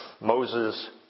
Moses